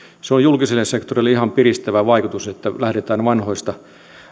sillä on julkiselle sektorille ihan piristävä vaikutus että lähdetään vanhoista